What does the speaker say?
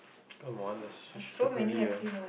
I wonders you should definitely ya